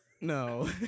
no